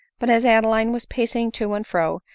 but as adeline was pacing to and fro,